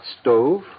stove